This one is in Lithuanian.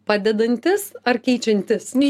padedantis ar keičiantis